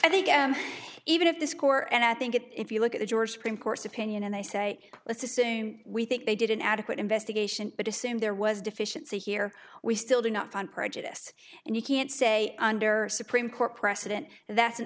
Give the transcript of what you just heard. i think even if the score and i think if you look at the georgia supreme court's opinion and they say let's assume we think they did an adequate investigation but assume there was a deficiency here we still do not find prejudice and you can't say under supreme court precedent that's an